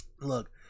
Look